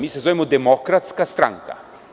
Mi se zovemo Demokratska stranka.